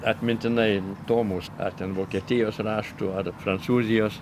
atmintinai tomus ar ten vokietijos raštų ar prancūzijos